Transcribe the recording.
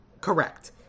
Correct